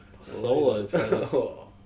Solo